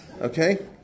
Okay